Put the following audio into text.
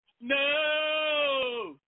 No